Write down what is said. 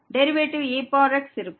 derivative ex இருக்கும்